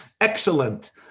Excellent